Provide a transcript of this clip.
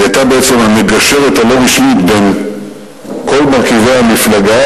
היא היתה בעצם המגשרת הלא-רשמית בין כל מרכיבי המפלגה